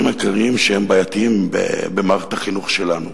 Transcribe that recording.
העיקריים שהם בעייתיים במערכת החינוך שלנו.